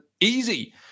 easy